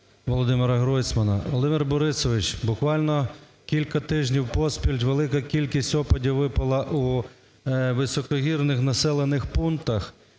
Володимира Гройсмана. Володимир Борисович, буквально кілька тижнів поспіль велика кількість опадів випала у високогірних населених пунктах,